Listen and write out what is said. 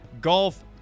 golf